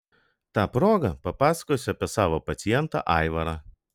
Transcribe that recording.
ta proga papasakosiu apie savo pacientą aivarą